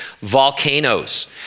volcanoes